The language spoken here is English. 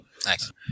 Thanks